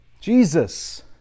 jesus